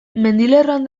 mendilerroan